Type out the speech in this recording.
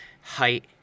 height